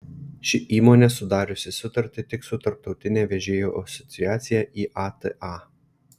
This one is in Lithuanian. ši įmonė sudariusi sutartį tik su tarptautine vežėjų asociacija iata